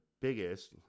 biggest